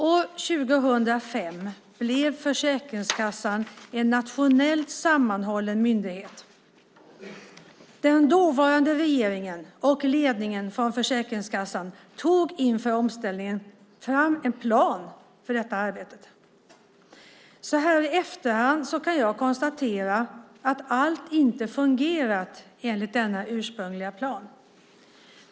År 2005 blev Försäkringskassan en nationellt sammanhållen myndighet. Den dåvarande regeringen och ledningen för Försäkringskassan tog inför omställningen fram en plan för det arbetet. Så här i efterhand kan jag konstatera att allt inte har fungerat enligt denna ursprungliga plan.